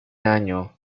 año